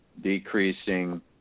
decreasing